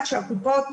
והוחלט שהקופות,